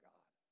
God